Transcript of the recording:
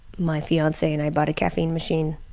my fiance and i bought a caffeine machine,